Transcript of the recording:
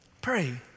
Pray